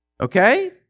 Okay